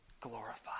glorified